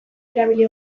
erabili